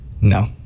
No